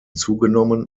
zugenommen